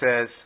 says